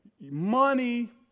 Money